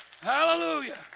Hallelujah